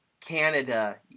Canada